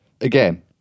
again